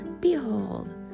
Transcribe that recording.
Behold